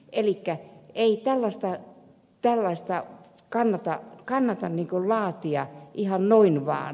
elikkä ei tällaista kannata laatia ihan noin vaan